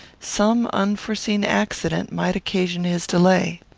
some unforeseen accident might occasion his delay.